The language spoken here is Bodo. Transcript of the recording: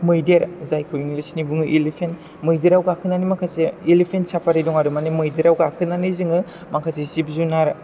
मैदेर जायखौ इंगलिसनि बुङो इलिफेन्ट मैदेरआव गाखोनानै माखासे इलिफेन्ट साफारि दं आरो मानि मैदेरआव गाखोनानै जोङो माखासे जिब जुनार